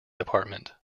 department